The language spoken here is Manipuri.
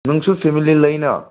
ꯅꯪꯁꯨ ꯐꯦꯃꯤꯂꯤ ꯂꯩꯅ